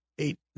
eight